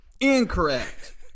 Incorrect